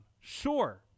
Sure